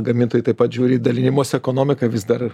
gamintojai taip pat žiūri į dalinimosi ekonomiką vis dar